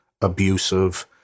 abusive